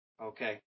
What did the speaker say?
Okay